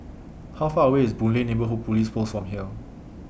How Far away IS Boon Lay Neighbourhood Police Post from here